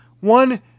one